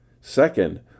Second